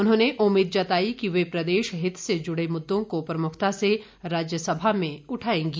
उन्होंने उम्मीद जताई कि वे प्रदेश हित से जुड़े मुददों को प्रमुखता से राज्यसभा में उठाएंगी